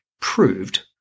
proved